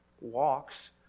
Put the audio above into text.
walks